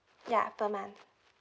ya per month